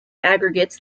aggregates